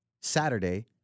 Saturday